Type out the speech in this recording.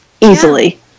easily